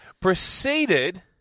proceeded